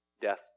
death